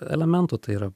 elementų tai yra